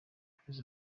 chris